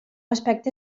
aspecte